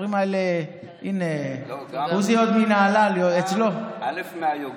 הינה, עוזי עוד מנהלל, אצלו, א.